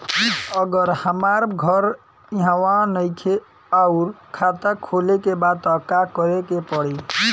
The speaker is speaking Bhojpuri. अगर हमार घर इहवा नईखे आउर खाता खोले के बा त का करे के पड़ी?